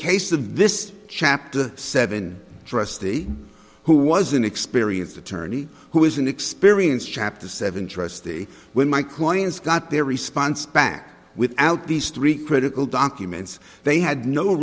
case of this chapter seven trustee who was an experienced attorney who is an experienced chapter seven trustee when my clients got their response back without these three critical documents they had no